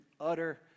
utter